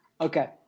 Okay